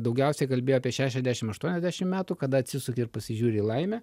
daugiausiai kalbėjo apie šešiasdešimt aštuoniasdešimt metų kada atsisuki ir pasižiūri į laimę